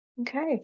Okay